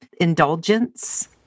indulgence